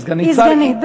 כי היא סגנית שר,